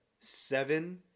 seven